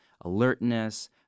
alertness